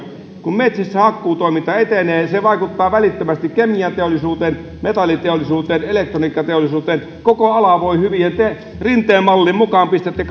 kun metsissä hakkuutoiminta etenee se vaikuttaa välittömästi kemianteollisuuteen metalliteollisuuteen elektroniikkateollisuuteen koko ala voi hyvin ja te rinteen mallin mukaan pistätte